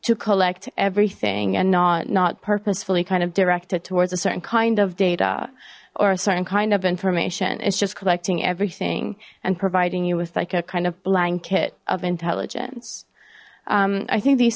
to collect everything and not not purposefully kind of directed towards a certain kind of data or a certain kind of information it's just collecting everything and providing you with like a kind of blanket of intelligence i think these